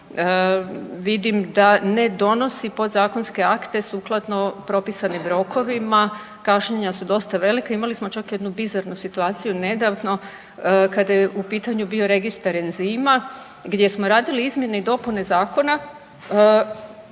vidim da ne donosi podzakonske akte sukladno propisanim rokovima. Kašnjenja su dosta velika, imali smo čak jednu bizarnu situaciju nedavno, kada je u pitanju bio Registar enzima gdje smo radili izmjene i dopune zakona